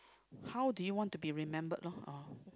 how do you want to be remembered loh oh